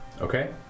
Okay